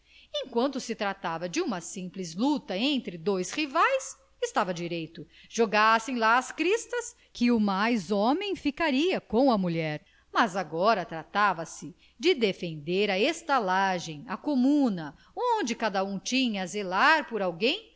enquanto se tratava de uma simples luta entre dois rivais estava direito jogassem lá as cristas que o mais homem ficaria com a mulher mas agora tratava-se de defender a estalagem a comuna onde cada um tinha a zelar por alguém